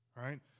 right